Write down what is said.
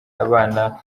abana